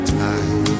time